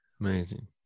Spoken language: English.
Amazing